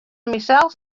mysels